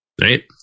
right